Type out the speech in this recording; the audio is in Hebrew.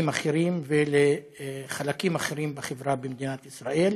אחרים ולחלקים אחרים בחברה במדינת ישראל.